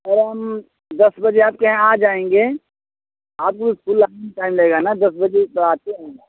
और हम दस बजे आपके यहाँ आ जाएँगे आपको इस्कूल आने में टाइम लगेगा ना दस बजे तो आते हैं